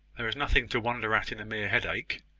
there is nothing to wonder at in a mere headache.